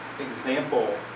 example